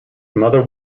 mother